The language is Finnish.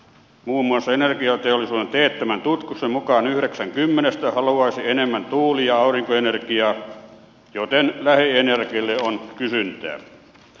muun muassa energiateollisuuden teettämän tutkimuksen mukaan yhdeksän kymmenestä haluaisi enemmän tuuli ja aurinkoenergiaa joten lähienergialle on kysyntää